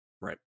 Right